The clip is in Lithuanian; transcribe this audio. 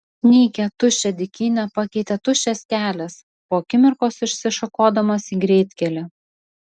nykią tuščią dykynę pakeitė tuščias kelias po akimirkos išsišakodamas į greitkelį